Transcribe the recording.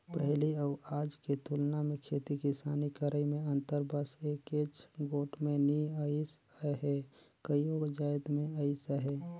पहिली अउ आज के तुलना मे खेती किसानी करई में अंतर बस एकेच गोट में नी अइस अहे कइयो जाएत में अइस अहे